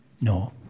No